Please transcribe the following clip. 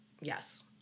Yes